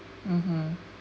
mmhmm